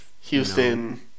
Houston